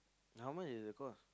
how much is the cost